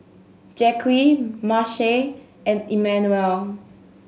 Jacque Mace and Emanuel